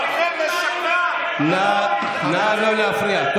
תגיד לנו, ח'אן אל-אחמר, תפנה את ח'אן אל-אחמר?